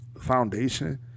foundation